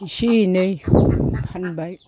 इसे एनै फानबाय